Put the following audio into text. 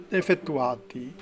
effettuati